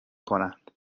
کنند